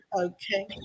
Okay